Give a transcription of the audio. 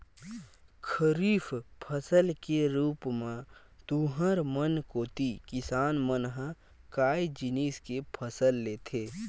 खरीफ फसल के रुप म तुँहर मन कोती किसान मन ह काय जिनिस के फसल लेथे?